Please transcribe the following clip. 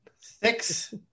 Six